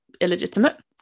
illegitimate